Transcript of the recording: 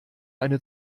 eine